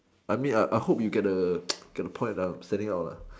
I mean I I hope you get the get the of point of setting up lah